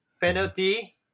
Penalty